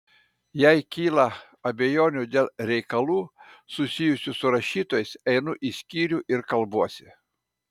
jei kyla abejonių dėl reikalų susijusių su rašytojais einu į skyrių ir kalbuosi